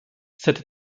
cette